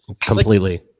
Completely